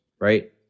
right